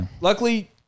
luckily